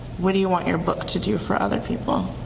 what do you want your book to do for other people?